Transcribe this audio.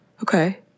Okay